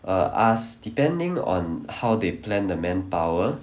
err us depending on how they plan the manpower